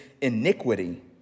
iniquity